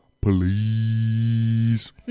Please